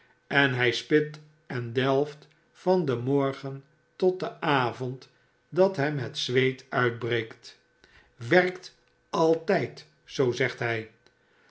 en hij spit en delft van den morgen tot den avond dat hem het zweet uitbreekt werk altyd zoo zegt hy